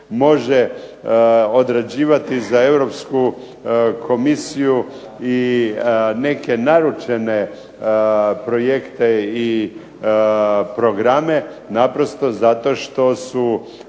može određivati za Europsku komisiju i neke naručene projekte i programe. Naprosto zato što su